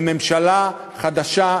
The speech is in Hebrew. בממשלה חדשה,